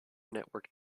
network